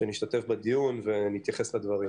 שאשתתף בדיון ואתייחס לדברים.